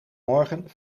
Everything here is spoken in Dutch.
morgen